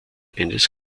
eines